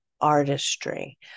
artistry